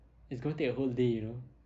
it's going to take a whole day you know